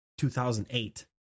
2008